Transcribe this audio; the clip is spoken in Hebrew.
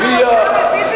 הביאה,